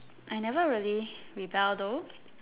I never really rebel though